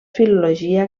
filologia